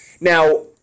Now